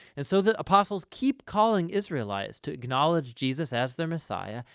and so the apostles keep calling israelites to acknowledge jesus as their messiah,